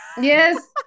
yes